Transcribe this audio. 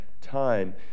Time